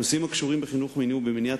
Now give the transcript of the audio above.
נושאים הקשורים בחינוך מיני ובמניעת